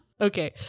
Okay